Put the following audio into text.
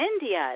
India